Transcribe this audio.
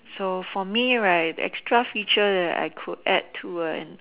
so for me right extra feature that I could add to A